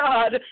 God